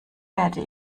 werde